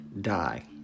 die